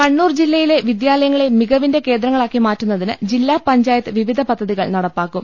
കണ്ണൂർ ജില്ലയിലെ വിദ്യാലയങ്ങളെ മികവിന്റെ കേന്ദ്രങ്ങളാക്കി മാറ്റുന്നതിന് ജില്ലാ പഞ്ചായത്ത് വിവിധ പദ്ധതികൾ നടപ്പാക്കും